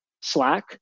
Slack